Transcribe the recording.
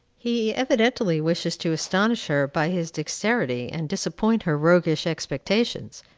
he evidently wishes to astonish her by his dexterity, and disappoint her roguish expectations.